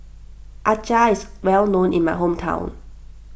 Acar is well known in my hometown